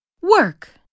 Work